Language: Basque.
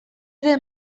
ere